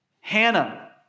Hannah